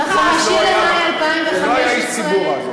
הוא לא היה איש ציבור אז.